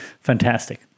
Fantastic